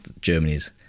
Germany's